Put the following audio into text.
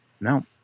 no